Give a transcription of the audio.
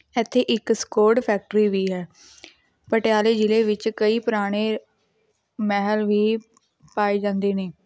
ਇੱਥੇ ਇੱਕ ਸਕੋਰਡ ਫੈਕਟਰੀ ਵੀ ਹੈ ਪਟਿਆਲੇ ਜ਼ਿਲ੍ਹੇ ਵਿੱਚ ਕਈ ਪੁਰਾਣੇ ਮਹਿਲ ਵੀ ਪਾਏ ਜਾਂਦੀ ਨੇ